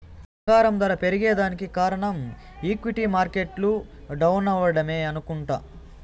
బంగారం దర పెరగేదానికి కారనం ఈక్విటీ మార్కెట్లు డౌనవ్వడమే అనుకుంట